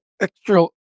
extra